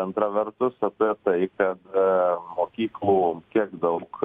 antra vertus apie tai kad mokyklų kiek daug